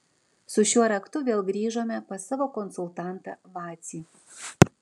su šiuo raktu vėl grįžome pas savo konsultantą vacį